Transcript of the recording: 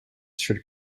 should